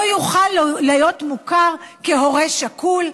הוא לא יוכל להיות מוכר כהורה שכול?